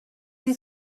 you